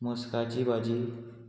मोस्काची भाजी